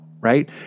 right